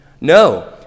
No